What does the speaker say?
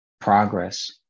progress